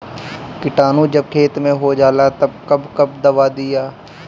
किटानु जब खेत मे होजाला तब कब कब दावा दिया?